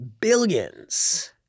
billions